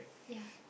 ya